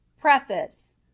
Preface